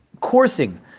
coursing